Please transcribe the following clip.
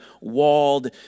walled